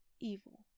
evil